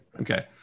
okay